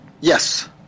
Yes